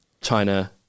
China